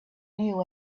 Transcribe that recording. new